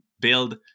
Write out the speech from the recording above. build